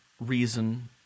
reason